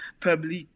public